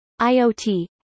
IoT